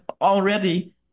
already